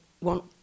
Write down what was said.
want